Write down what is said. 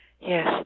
Yes